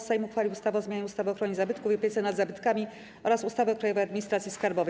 Sejm uchwalił ustawę o zmianie ustawy o ochronie zabytków i opiece nad zabytkami oraz ustawy o Krajowej Administracji Skarbowej.